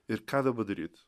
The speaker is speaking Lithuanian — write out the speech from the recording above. ir ką daba daryt